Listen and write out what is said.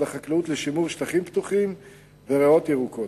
החקלאות לשימור שטחים פתוחים וריאות ירוקות.